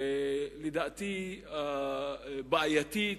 לדעתי בעייתית,